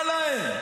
בא להם.